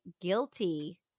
guilty